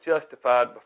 justified